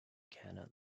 canon